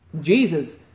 Jesus